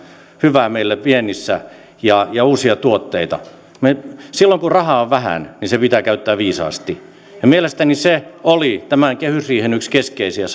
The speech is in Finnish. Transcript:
hyvää meille viennissä ja ja uusia tuotteita silloin kun rahaa on vähän niin se pitää käyttää viisaasti ja mielestäni se oli tämän kehysriihen yksi keskeisiä